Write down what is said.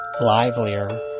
livelier